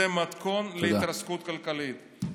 זה מתכון להתרסקות כלכלית.